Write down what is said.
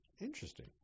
Interesting